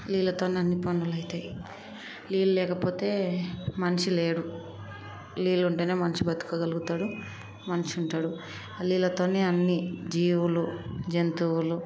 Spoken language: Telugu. నీళ్ళతోనే అన్ని పనులు అవుతాయి నీళ్ళు లేకపోతే మనిషి లేడు నీళ్ళు ఉంటేనే మనిషి బతుకగలుగుతాడు మనిషి ఉంటాడు నీళ్ళతోనే అన్ని జీవులు జంతువులు